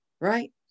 right